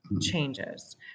changes